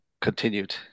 continued